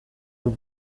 nous